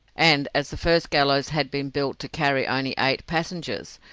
and as the first gallows had been built to carry only eight passengers,